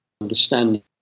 understanding